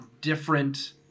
different